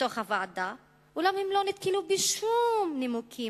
בתוך הוועדה אולם הם לא נתקלו בשום נימוקים